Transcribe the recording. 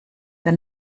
der